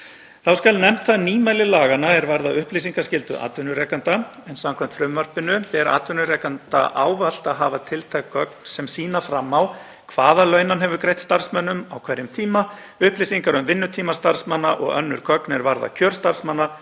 Þá skal nefnt það nýmæli laganna er varðar upplýsingaskyldu atvinnurekanda, en samkvæmt frumvarpinu ber atvinnurekanda ávallt að hafa tiltæk gögn sem sýna fram á hvaða laun hann hefur greitt starfsmönnum á hverjum tíma, upplýsingar um vinnutíma starfsmanna og önnur gögn er varða kjör starfsmanna,